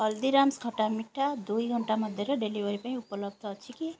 ହଲଦୀରାମ୍ସ୍ ଖଟା ମିଠା ଦୁଇ ଘଣ୍ଟା ମଧ୍ୟରେ ଡେଲିଭରି ପାଇଁ ଉପଲବ୍ଧ ଅଛି କି